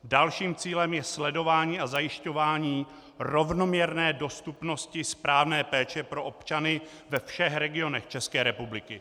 Dalším cílem je sledování a zajišťování rovnoměrné dostupnosti správné péče pro občany ve všech regionech České republiky.